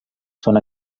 són